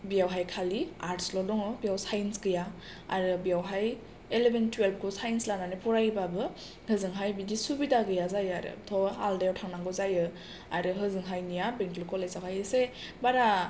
बियावहाय खालि आर्टसल' दङ बियाव साइन्स गैया आरो बियावहाय एलेभेन टुयेलभखौ साइस लानानै फरायोबाबो ओजोंहाय बिदि सुबिदा गैया जायो आरो आलादायाव थांनांगौ जायो आरो होजोंहायनिया बेंटल कलेजावहाय बारा